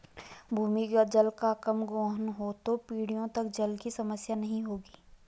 भूमिगत जल का कम गोहन हो तो पीढ़ियों तक जल की समस्या नहीं होगी